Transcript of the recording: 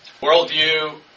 Worldview